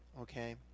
Okay